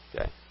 Okay